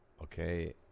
okay